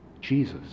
Jesus